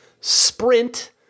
sprint